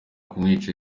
kumwica